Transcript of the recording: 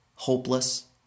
hopeless